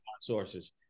sources